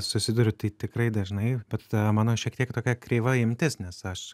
susiduriu tai tikrai dažnai bet mano šiek tiek tokia kreiva imtis nes aš